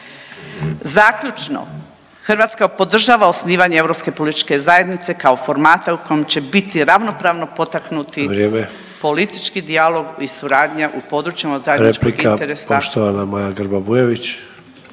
Zaključno. Hrvatska podržava osnivanje europske političke zajednice kao formata u kojem će biti ravnopravno potaknuti … …/Upadica Sanader: Vrijeme./… … politički dijalog i suradnja u područjima od zajedničkog interesa.